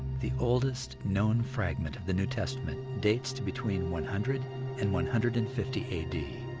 the oldest known fragment of the new testament dates to between one hundred and one hundred and fifty